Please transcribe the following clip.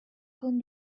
con